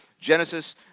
Genesis